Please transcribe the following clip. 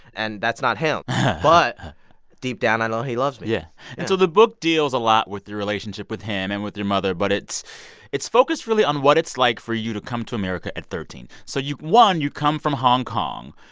and that's not him but deep down, i know he loves me yeah yeah and so the book deals a lot with your relationship with him and with your mother, but it's it's focused, really, on what it's like for you to come to america at thirteen. so you one, you come from hong kong,